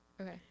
Okay